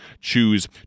choose